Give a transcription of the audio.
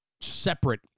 separate